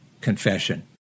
confession